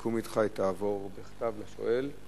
בסיכום אתך התשובה תועבר בכתב לשואל,